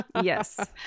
Yes